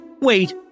Wait